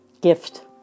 gift